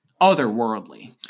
otherworldly